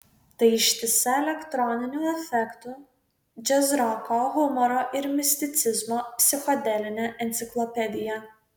tai ištisa elektroninių efektų džiazroko humoro ir misticizmo psichodelinė enciklopedija